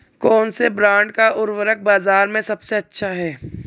कौनसे ब्रांड का उर्वरक बाज़ार में सबसे अच्छा हैं?